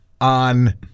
on